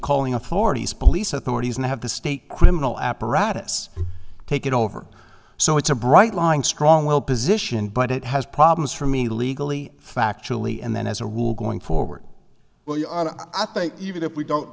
calling authorities police authorities and have the state criminal apparatus take it over so it's a bright lying strong will position but it has problems for me legally factually and then as a rule going forward well i think even if we don't